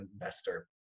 investor